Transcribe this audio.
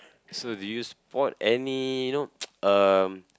so do you spot any you know um